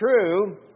true